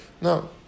No